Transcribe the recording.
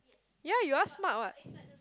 ya you are smart what